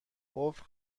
قفل